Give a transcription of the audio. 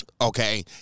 Okay